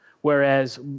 Whereas